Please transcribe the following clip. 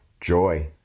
joy